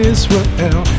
Israel